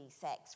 sex